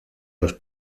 los